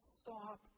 stop